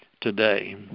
today